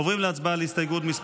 עוברים להצבעה על הסתייגות מס'